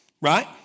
right